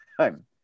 time